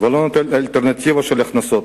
ולא נותן אלטרנטיבה של הכנסות.